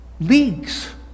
leagues